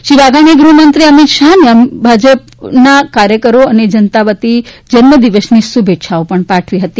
શ્રી વાઘાણીએ ગુહમંત્રી શ્રી અમિત શાહને ગુજરાત ભાજપના કાર્યકરો અને જનતા વતી જન્મદિવસની શુભેચ્છા પાઠવી હતી